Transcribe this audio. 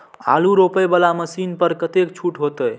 आलू रोपे वाला मशीन पर कतेक छूट होते?